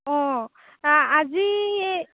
অঁ আজি